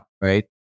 right